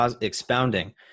expounding